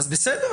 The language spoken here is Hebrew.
בסדר,